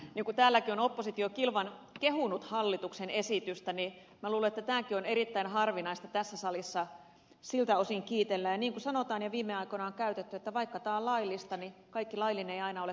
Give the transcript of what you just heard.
täälläkin on oppositio kilvan kehunut hallituksen esitystä ja minä luulen että tämäkin on erittäin harvinaista tässä salissa siltä osin kiitellä ja niin kuin sanotaan ja viime aikoina on puhuttu vaikka tämä on laillista niin kaikki laillinen ei aina ole kohtuullista